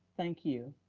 thank you.